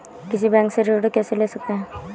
किसी बैंक से ऋण कैसे ले सकते हैं?